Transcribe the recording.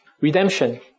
Redemption